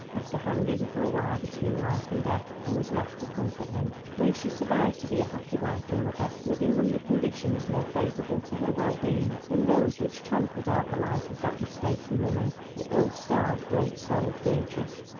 after hanging for a while between life and death, and was left to comfort him. may she survive to be a happy wife and mother, living under conditions more favourable to her well-being than those which trampled out the life of that mistaken woman, the ill-starred, great-souled beatrice,